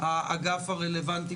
האגף הרלוונטי,